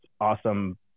awesome